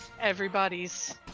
everybody's